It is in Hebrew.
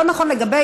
לא נכון לגבי